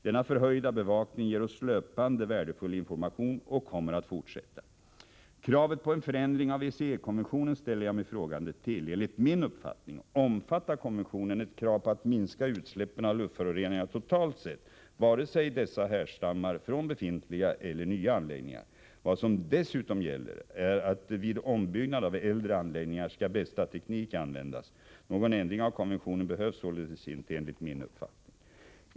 Denna förhöjda bevakning ger oss löpande värdefull information och kommer att fortsätta. Kravet på en förändring av ECE-konventionen ställer jag mig frågande till. Enligt min uppfattning omfattar konventionen ett krav på att minska utsläppen av luftföroreningarna totalt sett vare sig dessa härstammar från befintliga eller nya anläggningar. Vad som dessutom gäller är att vid ombyggnad av äldre anläggningar bästa teknik skall användas. Någon ändring av konventionen behövs således inte enligt min uppfattning.